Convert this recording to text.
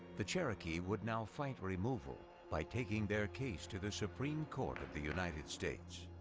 the cherokee would now fight removal by taking their case to the supreme court of the united states.